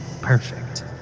perfect